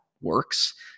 works